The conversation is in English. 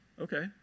Okay